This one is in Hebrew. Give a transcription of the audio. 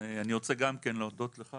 רוצה להודות לך